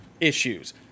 issues